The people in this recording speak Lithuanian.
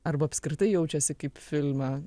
arba apskritai jaučiasi kaip filme